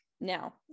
now